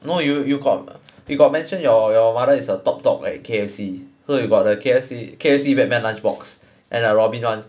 no you you got you got mention your your mother is a top top at K_F_C so you got the K_F_C K_F_C batman lunch box and the robin one